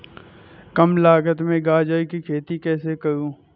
कम लागत में गाजर की खेती कैसे करूँ?